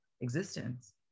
existence